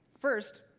First